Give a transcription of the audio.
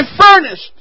furnished